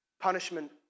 punishment